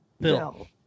bill